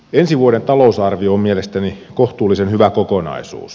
ensi vuoden talousarvio on mielestäni kohtuullisen hyvä kokonaisuus